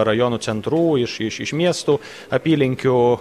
rajonų centrų iš iš miestų apylinkių